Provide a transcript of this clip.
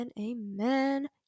amen